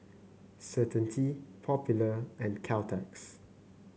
Certainty Popular and Caltex